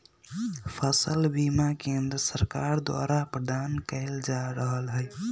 फसल बीमा केंद्र सरकार द्वारा प्रदान कएल जा रहल हइ